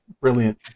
Brilliant